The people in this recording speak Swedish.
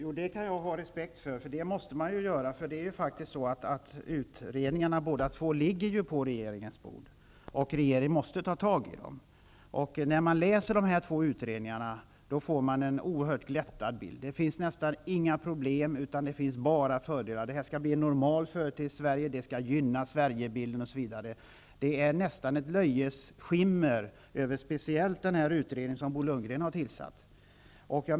Herr talman! Jag kan ha respekt för detta. Så måste man ju gå till väga. Båda utredningarna ligger ju på regeringens bord, och regeringen måste ta ställning till dem. När man läser dessa två utredningar får man en oerhört glättad bild. Man får intryck av att det nästan inte finns några problem utan bara fördelar. Detta skall bli en normal företeelse i Sverige, det skall gynna Sverigebilden, osv. Det vilar nästan ett löjets skimmer speciellt över rapporten från den utredning som Bo Lundgren har tillsatt.